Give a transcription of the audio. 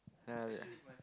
yeah wait ah